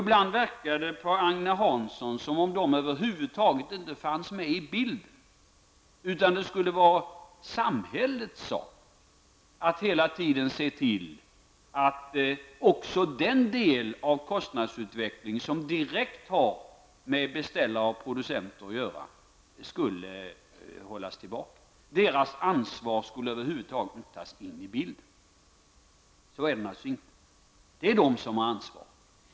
Ibland verkar det på Agne Hansson som om de över huvud taget inte finns med i bilden, utan det skulle vara samhällets sak att hela tiden se till att också den del av kostnadsutvecklingen som direkt har med beställare och producenter att göra skulle hållas tillbaka. Deras ansvar skulle över huvud taget inte tas in bilden. Så är det naturligtvis inte. Det är de som har ansvaret.